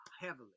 heavily